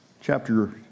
chapter